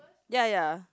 ya ya